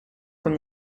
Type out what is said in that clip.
from